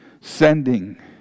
sending